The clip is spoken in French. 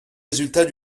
résultats